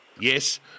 Yes